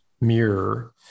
mirror